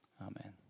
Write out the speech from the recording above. amen